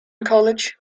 college